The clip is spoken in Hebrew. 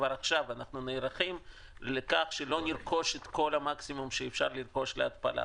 כבר עכשיו אנחנו נערכים שלא נרכוש את מקסימום הרכישות להתפלה,